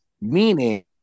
Meaning